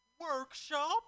workshop